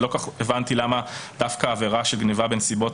לא כל כך הבנתי למה דווקא עבירה של גניבה בנסיבות